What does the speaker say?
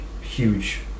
huge